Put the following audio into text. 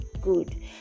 good